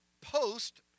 post